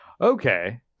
okay